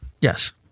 Yes